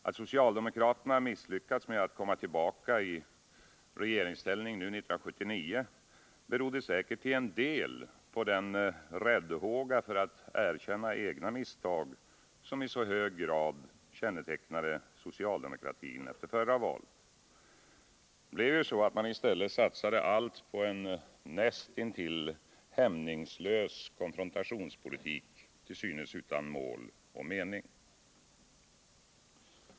Att socialdemokraterna misslyckades med att komma tillbaka i regeringsställning nu 1979 berodde säkert till stor del på den räddhåga för att erkänna egna misstag som i så hög grad kännetecknade socialdemokratin efter förra valet. I stället satsade man allt på en nästintill hämningslös konfrontationspolitik, till synes utan mål och mening.